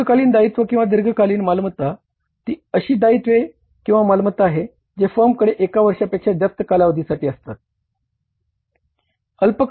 दीर्घकालीन दायित्व किंवा दीर्घकालीन मालमत्ता ती अशी दायित्वे किंवा मालमत्ता आहे जे फर्मकडे एकवर्षा पेक्षा जास्त कालावधीसाठी असतात